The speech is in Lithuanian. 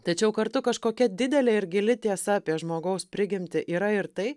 tačiau kartu kažkokia didelė ir gili tiesa apie žmogaus prigimtį yra ir tai